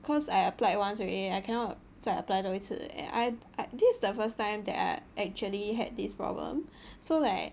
cause I applied once already I cannot 再 apply 多一次 eh and I I this is the first time that I actually had this problem so like